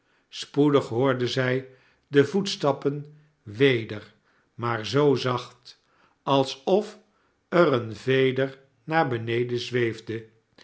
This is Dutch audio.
spoedig hoorde zij de voetstappen weder maar zoo zacht alsof er een veder naar beneden zweefde